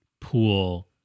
pool